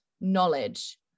knowledge